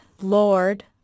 lord